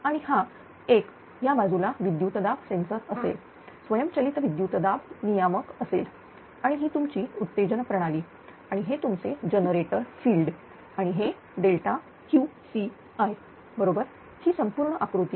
आणि हा एक या बाजूला विद्युतदाब सेंसर असेल स्वयंचलित विद्युत दाब नियामक असेल आणि ही तुमची उत्तेजन प्रणाली आणि हे तुमचे जनरेटर फील्ड आणि हे Qci बरोबर ही संपूर्ण आकृती